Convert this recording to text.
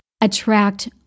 attract